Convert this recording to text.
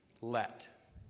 Let